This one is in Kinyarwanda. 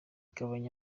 gabanya